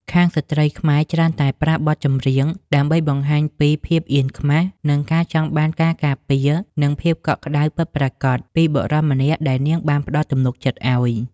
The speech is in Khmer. ខាងស្រ្តីខ្មែរច្រើនតែប្រើបទចម្រៀងដើម្បីបង្ហាញពី "ភាពអៀនខ្មាស" និង "ការចង់បានការការពារ និងភាពកក់ក្តៅពិតប្រាកដ" ពីបុរសម្នាក់ដែលនាងបានផ្តល់ទំនុកចិត្តឱ្យ។